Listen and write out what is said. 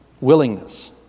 Willingness